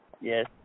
Yes